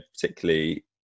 particularly